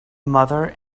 mother